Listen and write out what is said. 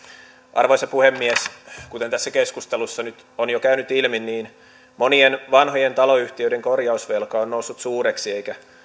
arvoisa puhemies kuten tässä keskustelussa nyt on jo käynyt ilmi niin monien vanhojen taloyhtiöiden korjausvelka on noussut suureksi eikä